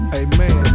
amen